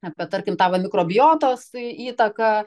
apie tarkim tą va mikrobijotos įtaką